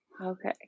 Okay